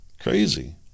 Crazy